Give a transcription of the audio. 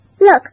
Look